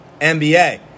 NBA